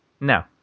No